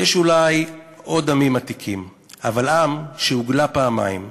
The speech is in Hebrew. יש אולי עוד עמים עתיקים, אבל עם שהוגלה פעמיים,